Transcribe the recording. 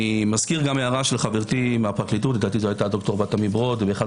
אזכיר הערה של חברתי מהפרקליטות לדעתי זו היתה ד"ר בת עמי רוט באחד